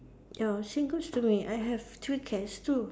ya same goes to me I have two cats too